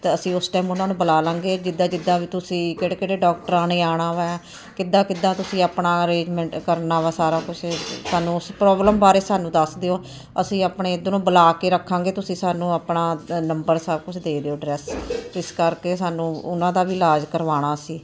ਤਾਂ ਅਸੀਂ ਉਸ ਟਾਈਮ ਉਹਨਾਂ ਨੂੰ ਬੁਲਾ ਲਵਾਂਗੇ ਜਿੱਦਾਂ ਜਿੱਦਾਂ ਵੀ ਤੁਸੀਂ ਕਿਹੜੇ ਕਿਹੜੇ ਡਾਕਟਰਾਂ ਨੇ ਆਉਣਾ ਹੈ ਕਿੱਦਾਂ ਕਿੱਦਾਂ ਤੁਸੀਂ ਆਪਣਾ ਅਰੇਂਜਮੈਂਟ ਕਰਨਾ ਵਾ ਸਾਰਾ ਕੁਛ ਸਾਨੂੰ ਉਸ ਪ੍ਰੋਬਲਮ ਬਾਰੇ ਸਾਨੂੰ ਦੱਸ ਦਿਓ ਅਸੀਂ ਆਪਣੇ ਇਧਰੋਂ ਬੁਲਾ ਕੇ ਰੱਖਾਂਗੇ ਤੁਸੀਂ ਸਾਨੂੰ ਆਪਣਾ ਨੰਬਰ ਸਭ ਕੁਝ ਦੇ ਦਿਓ ਡਰੈਸ ਜਿਸ ਕਰਕੇ ਸਾਨੂੰ ਉਹਨਾਂ ਦਾ ਵੀ ਇਲਾਜ ਕਰਵਾਉਣਾ ਅਸੀਂ